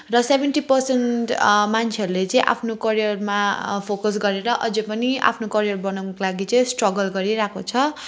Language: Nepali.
र सेभेन्टी पर्सेन्ट मान्छेहरूले चाहिँ आफ्नो करियरमा फोकस गरेर अझै पनि आफ्नो करियर बनाउनको लागि चाहिँ स्ट्रगल गरिरहेको छ